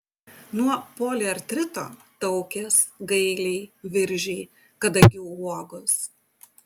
nuo poliartrito taukės gailiai viržiai kadagių uogos